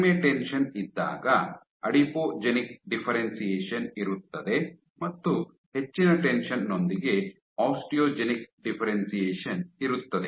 ಕಡಿಮೆ ಟೆನ್ಷನ್ ಇದ್ದಾಗ adipogenic differentiation ಇರುತ್ತದೆ ಮತ್ತು ಹೆಚ್ಚಿನ ಟೆನ್ಷನ್ ನೊಂದಿಗೆ ಆಸ್ಟಿಯೋಜೆನಿಕ್ ಡಿಫ್ಫೆರೆನ್ಶಿಯೇಶನ್ ಇರುತ್ತದೆ